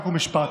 חוק ומשפט.